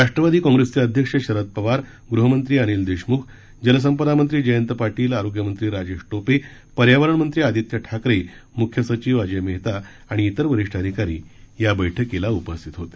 राष्ट्रवादी कॉप्रेसचे अध्यक्ष शरद पवार गृहमंत्री अनिल देशमुख जलसंपदा मंत्री जयंत पाटील आरोग्यमंत्री राजेश टोपे पर्यावरण मंत्री आदित्य ठाकरे मुख्य सचिव अजोय मेहता आणि इतर वरिष्ठ अधिकारी या बैठकीला उपस्थित होते